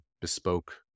bespoke